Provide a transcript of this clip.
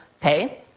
pay